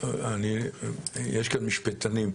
יש כאן משפטנים,